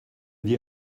die